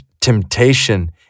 temptation